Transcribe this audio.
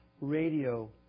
radio